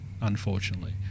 unfortunately